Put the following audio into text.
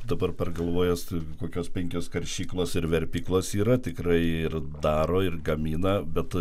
dabar pergalvojęs kokios penkios karšyklos ir verpyklos yra tikrai ir daro ir gamina bet